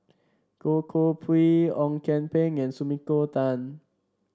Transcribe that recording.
Goh Koh Pui Ong Kian Peng and Sumiko Tan